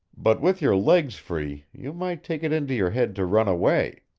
but with your legs free you might take it into your head to run away.